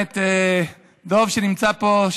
שנמצא פה,